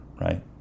right